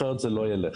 אחרת זה לא יילך.